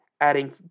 adding